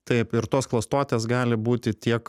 taip ir tos klastotės gali būti tiek